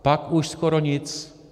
Pak už skoro nic.